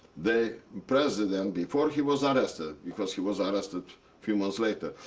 the president, before he was arrested, because he was arrested few months later,